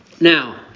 Now